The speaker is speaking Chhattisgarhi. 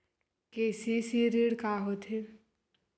के.सी.सी ऋण का होथे?